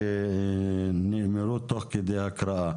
שנאמרו תוך כדי הקראה.